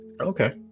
Okay